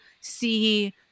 see